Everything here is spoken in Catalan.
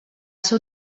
seu